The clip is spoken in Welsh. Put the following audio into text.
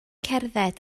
cerdded